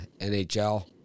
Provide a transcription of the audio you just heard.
NHL